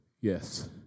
Yes